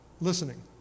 listening